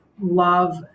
love